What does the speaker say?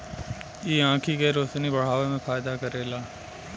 इ आंखी के रोशनी बढ़ावे में फायदा करेला